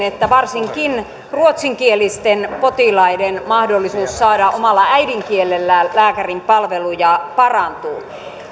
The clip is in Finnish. että varsinkin ruotsinkielisten potilaiden mahdollisuus saada omalla äidinkielellään lääkärin palveluja parantuu